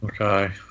Okay